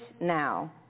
now